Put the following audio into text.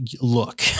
look